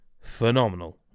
phenomenal